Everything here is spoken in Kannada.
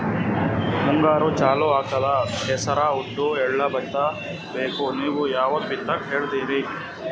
ಮುಂಗಾರು ಚಾಲು ಆಗ್ತದ ಹೆಸರ, ಉದ್ದ, ಎಳ್ಳ ಬಿತ್ತ ಬೇಕು ನೀವು ಯಾವದ ಬಿತ್ತಕ್ ಹೇಳತ್ತೀರಿ?